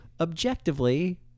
objectively